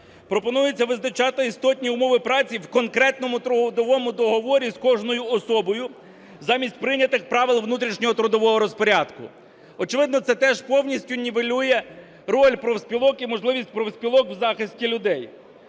Пропонується визначати істотні умови праці в конкретному трудовому договорі з кожною особою, замість прийнятих правил внутрішнього трудового розпорядку. Очевидно, це теж повністю нівелює роль профспілок і можливість профспілок в захисті людей.